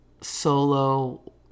solo